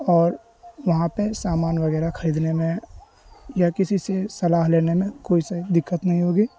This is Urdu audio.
اور وہاں پہ سامان وغیرہ خریدنے میں یا کسی سے صلاح لینے میں کوئی سے دقت نہیں ہوگی